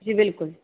जी बिल्कुल